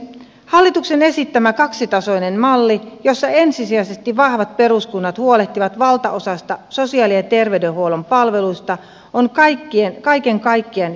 hallituksen esittämä kaksitasoinen malli jossa ensisijaisesti vahvat peruskunnat huolehtivat valtaosasta sosiaali ja terveydenhuollon palveluita on kaiken kaikkiaan järkevä tavoite